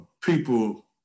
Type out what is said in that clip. people